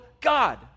god